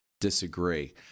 disagree